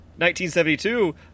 1972